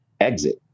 exit